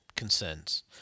concerns